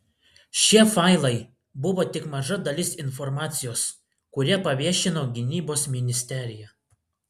šie failai buvo tik maža dalis informacijos kurią paviešino gynybos ministerija